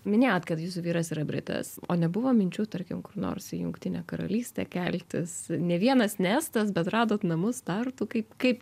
minėjot kad jūsų vyras yra britas o nebuvo minčių tarkim kur nors į jungtinę karalystę keltis ne vienas ne estas bet radot namus tartu kaip kaip